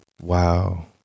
wow